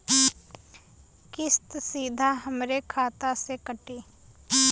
किस्त सीधा हमरे खाता से कटी?